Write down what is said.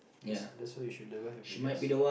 that's that's why you should never have regrets